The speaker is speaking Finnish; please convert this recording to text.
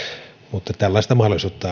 mutta tällaista mahdollisuutta